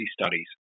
studies